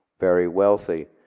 very wealthy.